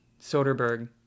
Soderbergh